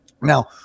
Now